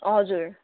हजुर